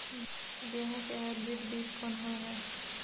गेहूं के हाइब्रिड बीज कोन होय है?